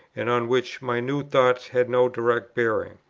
and on which my new thoughts had no direct bearing.